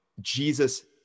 Jesus